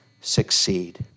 succeed